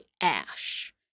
ash